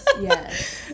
yes